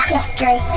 History